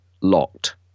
locked